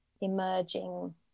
emerging